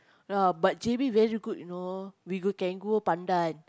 ya but J_B very good you know we go can go pandan